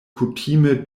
kutime